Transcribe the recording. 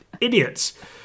idiots